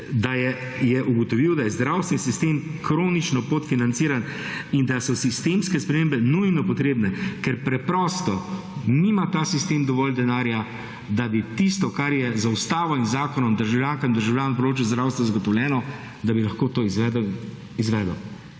da je ugotovil, da je zdravstveni sistem kronično podfinanciran in da so sistemske spremembe nujno potrebne, ker preprosto nima ta sistem dovolj denarja, da bi tisto, kar je z Ustavo in zakonom državljankam in državljanom na področju zdravstva zagotovljeno, da bi lahko to izvedel.